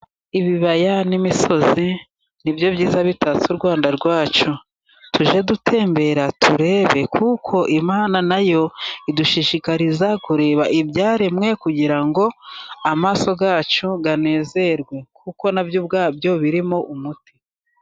Ibibaya n'imisozi, ni byo byiza bitatse u Rwanda rwacu, tujye dutembera turebe, kuko Imana nayo idushishikariza kureba ibyaremwe, kugira ngo amaso yacu anezerwe, kuko nabyo ubwabyo birimo umuti.